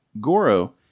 Goro